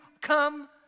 come